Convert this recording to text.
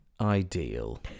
ideal